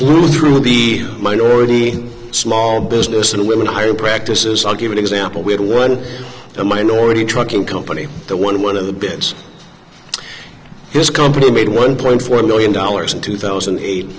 blew through the minority small business and women hiring practices i'll give an example we had one minority trucking company the one one of the bits this company made one point four million dollars in two thousand and eight